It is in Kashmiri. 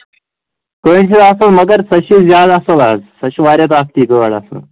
کٔنٛڈۍ چھِس آسان مگر سۄ چھِ زیادٕ اصٕل حظ سۄ چھِ واریاہ طاقتی گاڈ آسان